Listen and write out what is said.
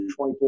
24